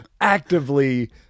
actively